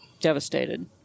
devastated